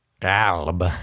Kalb